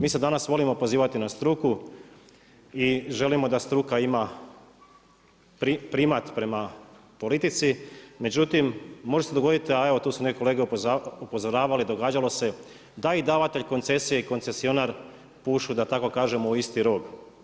Mi se danas volimo pozivati na struku i želimo da struka ima primat prema politici, međutim može se dogodit, a evo tu su neke kolege upozoravale događalo se da i davatelj koncesija i koncesionar pušu da tako kažem u isti rog.